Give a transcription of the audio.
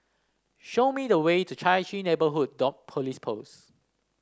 show me the way to Chai Chee Neighbourhood Dot Police Post